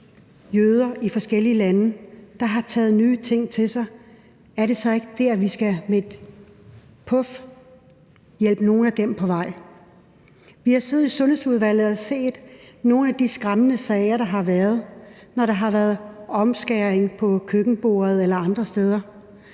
jøder i forskellige lande, der har taget nye ting til sig, er det så ikke dér, vi med et puf skal hjælpe nogle af dem på vej? Vi har siddet i Sundhedsudvalget og set nogle af de skræmmende sager, der har været, når der har været foretaget omskæringer på køkkenborde eller andre steder.